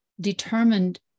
determined